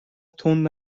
تند